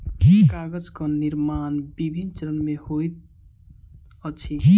कागजक निर्माण विभिन्न चरण मे होइत अछि